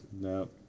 no